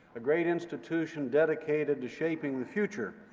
a great institution dedicated to shaping the future.